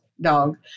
dog